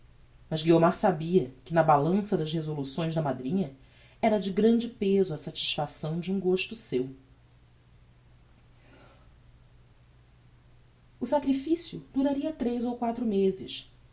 mas guiomar sabia que na balança das resoluções da madrinha era de grande peso a satisfação de um gosto seu o sacrificio duraria tres ou quatro mezes